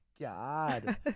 god